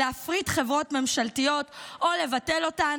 היא להפריט חברות ממשלתיות או לבטל אותן